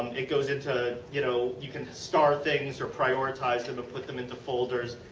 it goes into. you know you can star things or prioritize them or put them into folders.